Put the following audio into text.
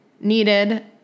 needed